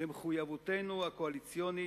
למחויבויותינו הקואליציוניות,